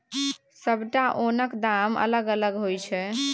सबटा ओनक दाम अलग अलग होइ छै